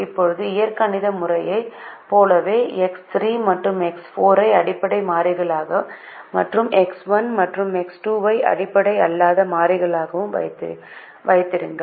இப்போது இயற்கணித முறையைப் போலவே எக்ஸ் 3 மற்றும் எக்ஸ் 4 ஐ அடிப்படை மாறிகளாகவும் மற்றும் எக்ஸ் 1 மற்றும் எக்ஸ் 2 ஐ அடிப்படை அல்லாத மாறிகளாகவும் வைத்திருங்கள்